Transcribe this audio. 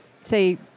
say